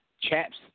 Chaps